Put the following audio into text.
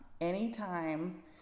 Anytime